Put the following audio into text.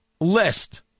list